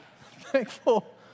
thankful